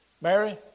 Mary